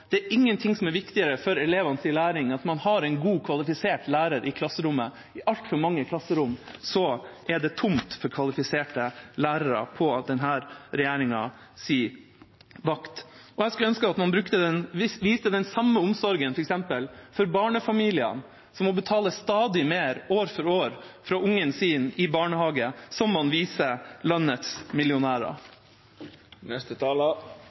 Det er ingenting som er viktigere for elevenes læring enn at man har en god, kvalifisert lærer i klasserommet. I altfor mange klasserom er det tomt for kvalifiserte lærere på denne regjeringas vakt. Jeg skulle også ønske at man viste den samme omsorgen f.eks. for barnefamiliene – som må betale stadig mer år for år for å ha ungen sin i barnehage – som man viser for landets millionærer.